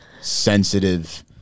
sensitive